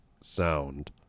sound